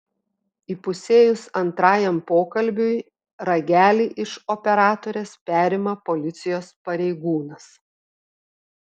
įpusėjus antrajam pokalbiui ragelį iš operatorės perima policijos pareigūnas